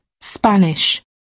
Spanish